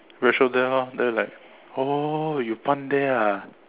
the bread shop there lor then like oh you 搬 there ah